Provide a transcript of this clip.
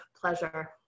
pleasure